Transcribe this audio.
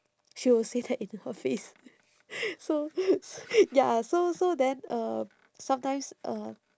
she will say that into her face so so ya so so then um sometimes uh